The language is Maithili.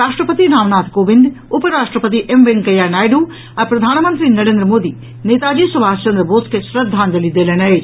राष्ट्रपति रामनाथ कोविंद उप राष्ट्रपति एम वेंकैया नायडू आ प्रधानमंत्री नरेन्द्र मोदी नेताजी सुभाष चंद्र बोस के श्रद्धांजलि देलनि अछि